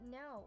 no